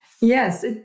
Yes